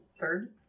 third